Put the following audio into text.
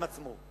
עם עצמו.